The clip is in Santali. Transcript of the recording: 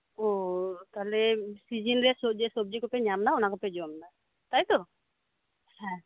ᱳ ᱛᱟᱦᱚᱞᱮ ᱥᱤᱡᱮᱱ ᱨᱮ ᱥᱚᱵᱡᱤᱠᱩᱯᱮ ᱧᱟᱢᱫᱟ ᱚᱱᱟᱠᱚᱯᱮ ᱡᱚᱢᱫᱟ ᱛᱟᱭᱛᱚ ᱦᱮᱸ